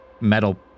metal